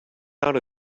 out